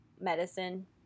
medicine